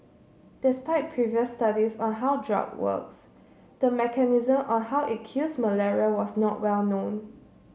despite previous studies on how drug works the mechanism on how it kills malaria was not well known